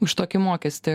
už tokį mokestį